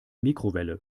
mikrowelle